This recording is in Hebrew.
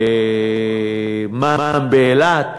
מע"מ באילת,